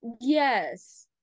Yes